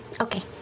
Okay